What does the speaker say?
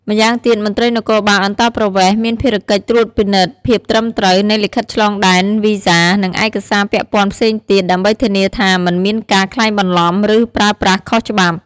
ម្យ៉ាងទៀតមន្ត្រីនគរបាលអន្តោប្រវេសន៍មានភារកិច្ចត្រួតពិនិត្យភាពត្រឹមត្រូវនៃលិខិតឆ្លងដែន វីសា និងឯកសារពាក់ព័ន្ធផ្សេងទៀត ដើម្បីធានាថាមិនមានការក្លែងបន្លំ ឬប្រើប្រាស់ខុសច្បាប់។